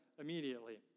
immediately